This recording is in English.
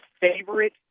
favorite